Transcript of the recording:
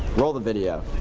roll the video.